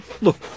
Look